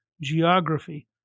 geography